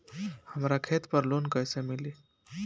हमरा खेत पर लोन कैसे मिली?